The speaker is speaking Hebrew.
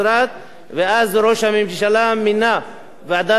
ואז ראש הממשלה מינה ועדת שרים,